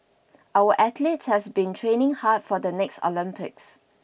our athletes have been training hard for the next Olympics